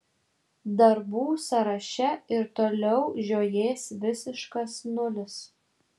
darbų sąraše ir toliau žiojės visiškas nulis